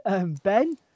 Ben